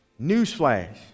Newsflash